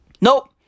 nope